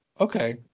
Okay